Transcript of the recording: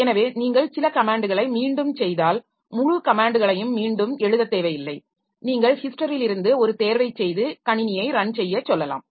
எனவே நீங்கள் சில கமேன்ட்களை மீண்டும் செய்தால் முழு கமேன்ட்களையும் மீண்டும் எழுதத் தேவையில்லை நீங்கள் ஹிஸ்டரியிலிருந்து ஒரு தேர்வை செய்து கணினியை ரன் செய்ய சொல்லலாம்